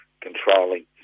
controlling